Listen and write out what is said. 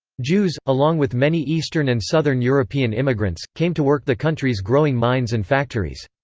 jews, along with many eastern and southern european immigrants, came to work the country's growing mines and factories.